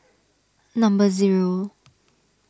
number zero